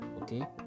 Okay